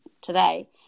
today